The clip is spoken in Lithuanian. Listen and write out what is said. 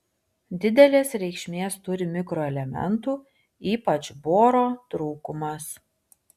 didelės reikšmės turi mikroelementų ypač boro trūkumas